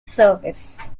service